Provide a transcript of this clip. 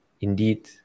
Indeed